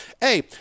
hey